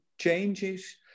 changes